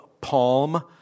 Palm